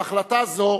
בהחלטה זו